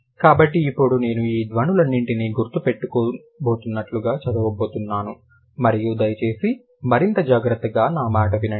కాబట్టి ఇప్పుడు నేను ఈ ధ్వనులన్నింటినీ గుర్తు పెట్టబోతున్నట్లుగా చదవబోతున్నాను మరియు దయచేసి మరింత జాగ్రత్తగా నా మాట వినండి